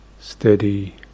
steady